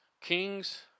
Kings